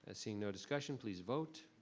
ah seeing no discussion, please vote.